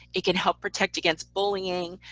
it can help protect against bullying,